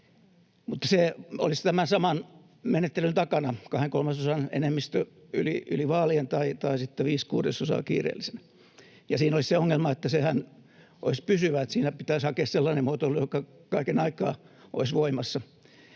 mutta se olisi tämän saman menettelyn takana — kahden kolmasosan enemmistö yli vaalien tai sitten viisi kuudesosaa kiireellisenä — ja siinä olisi se ongelma, että sehän olisi pysyvä ja siinä pitäisi hakea sellainen muotoilu, joka kaiken aikaa olisi voimassa.